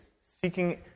seeking